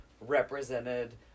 represented